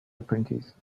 apprentice